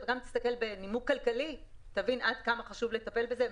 כך שגם מבחינה כלכלית חשוב לטפל בזה,